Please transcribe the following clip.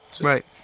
Right